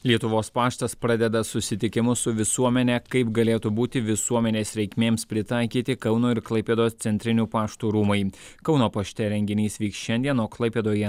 lietuvos paštas pradeda susitikimus su visuomene kaip galėtų būti visuomenės reikmėms pritaikyti kauno ir klaipėdos centrinių paštų rūmai kauno pašte renginys vyks šiandien o klaipėdoje